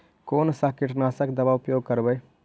कोन सा कीटनाशक दवा उपयोग करबय?